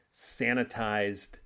sanitized